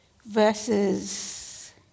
Verses